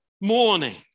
morning